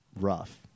rough